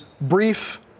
brief